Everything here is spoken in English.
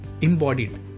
embodied